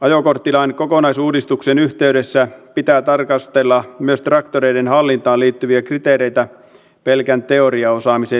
ajokorttilain kokonaisuudistuksen yhteydessä pitää tarkastella myös traktoreiden hallintaan liittyviä kriteereitä pelkän teoriaosaamisen lisäksi